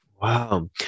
wow